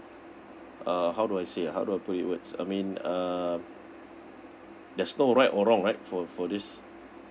uh how do I say ah how do I put it words I mean uh there's no right or wrong right for for this